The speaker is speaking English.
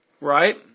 Right